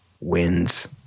Wins